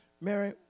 Mary